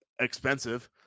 expensive